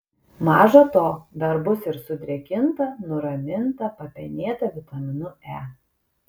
maža to dar bus ir sudrėkinta nuraminta papenėta vitaminu e